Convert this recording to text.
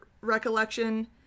recollection